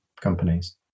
companies